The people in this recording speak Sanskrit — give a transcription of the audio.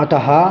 अतः